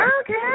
Okay